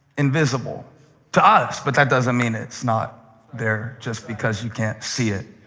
invisible to us, but that doesn't mean it's not there. just because you can't see it